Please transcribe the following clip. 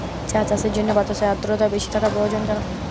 চা চাষের জন্য বাতাসে আর্দ্রতা বেশি থাকা প্রয়োজন কেন?